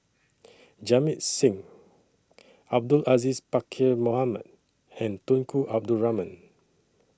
Jamit Singh Abdul Aziz Pakkeer Mohamed and Tunku Abdul Rahman